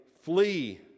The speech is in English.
flee